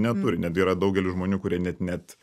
neturi netgi yra daugelis žmonių kurie net net